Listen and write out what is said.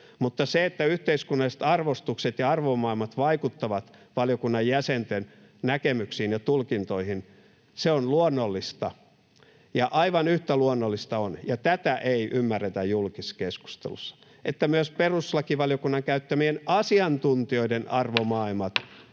Mutta se, että yhteiskunnalliset arvostukset ja arvomaailmat vaikuttavat valiokunnan jäsenten näkemyksiin ja tulkintoihin, on luonnollista, ja aivan yhtä luonnollista on — ja tätä ei ymmärretä julkisessa keskustelussa — että myös perustuslakivaliokunnan käyttämien asiantuntijoiden arvomaailmat